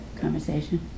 conversation